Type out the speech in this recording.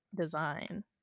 design